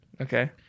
Okay